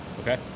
Okay